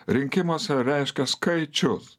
rinkimuose reiškia skaičius